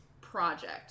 project